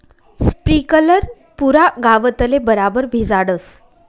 sprinkler पुरा गावतले बराबर भिजाडस